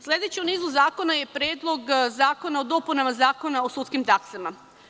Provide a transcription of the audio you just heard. Sledeći u nizu zakona je Predlog zakona o dopunama Zakona o sudskim taksama.